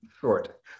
short